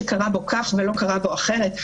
שקרה בו כך ולא קרה בו אחרת.